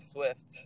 Swift